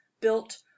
built